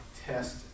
test